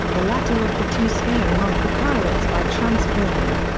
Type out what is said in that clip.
the latter of the two scaring off the pirates by transforming.